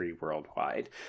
worldwide